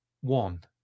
One